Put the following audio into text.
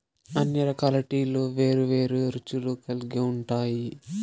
అన్ని రకాల టీలు వేరు వేరు రుచులు కల్గి ఉంటాయి